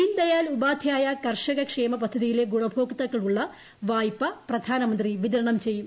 ദീൻ ദയാൽ ഉപാധ്യായ കർഷക ക്ഷേമ ്പദ്ധതിയിലെ ഗുണഭോക്താക്കൾക്കുള്ള് വായ്പ പ്രധാനമന്ത്രി വിതരണം ചെയ്യും